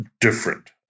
different